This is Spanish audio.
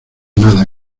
nada